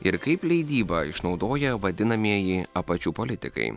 ir kaip leidybą išnaudoja vadinamieji apačių politikai